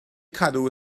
cadw